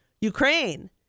Ukraine